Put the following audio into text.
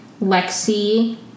Lexi